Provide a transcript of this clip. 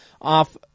off